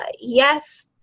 Yes